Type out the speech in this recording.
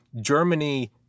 Germany